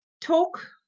talk